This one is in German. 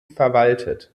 verwaltet